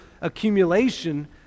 accumulation